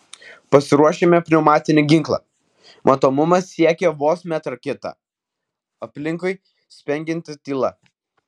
pasiruošiame pneumatinį ginklą matomumas siekia vos metrą kitą aplinkui spengianti tyla